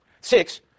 Six